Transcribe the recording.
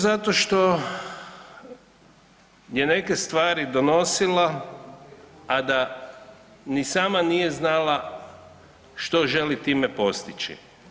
Zato što je neke stvari donosila, a da ni sama nije znala što želi time postići.